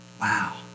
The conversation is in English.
Wow